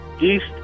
East